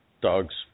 dogs